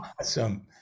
Awesome